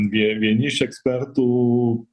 vie vieni iš ekspertų